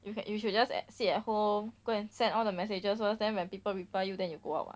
you can you should just sit at home go and send all the messages first then when people reply you then you go out ah